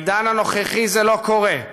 בעידן הנוכחי זה לא קורה.